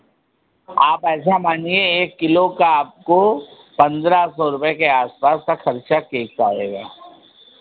आप ऐसा मानिए एक किलो का आपको पन्द्रह सौ रुपये के आस पास का खर्चा केक का आएगा